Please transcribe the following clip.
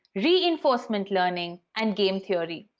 reinforcement learning, and game theory,